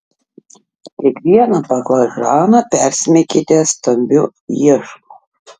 kiekvieną baklažaną persmeikite stambiu iešmu